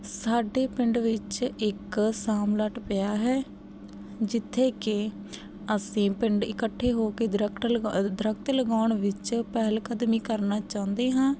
ਸਾਡੇ ਪਿੰਡ ਵਿੱਚ ਇੱਕ ਸ਼ਾਮਲਾਟ ਪਿਆ ਹੈ ਜਿੱਥੇ ਕਿ ਅਸੀਂ ਪਿੰਡ ਇਕੱਠੇ ਹੋ ਕੇ ਦਰੱਖਟ ਦਰਖਤ ਲਗਾਉਣ ਵਿੱਚ ਪਹਿਲ ਕਦਮੀ ਕਰਨਾ ਚਾਹੁੰਦੇ ਹਾਂ